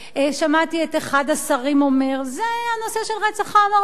שמעתי את אחד השרים אומר: הנושא של רצח העם הארמני,